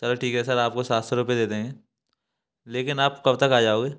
चलो ठीक है सर आपको सात सौ रुपये दे देंगे लेकिन आप कब तक आ जाओगे